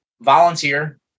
volunteer